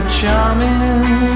charming